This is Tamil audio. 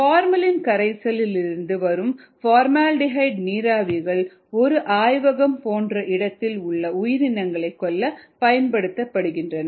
ஃபார்மலின் கரைசலில் இருந்து வரும் ஃபார்மால்டிஹைட் நீராவிகள் ஒரு ஆய்வகம் போன்ற இடத்தில் உள்ள உயிரினங்களைக் கொல்லப் பயன்படுகின்றன